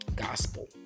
gospel